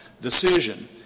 decision